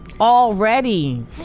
already